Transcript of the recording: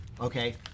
okay